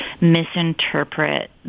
misinterpret